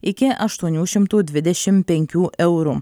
iki aštuonių šimtų dvidešim penkių eurų